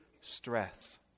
stress